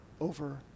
over